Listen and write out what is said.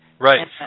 Right